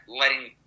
letting